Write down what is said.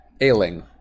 ailing